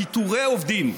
פיטורי העובדים,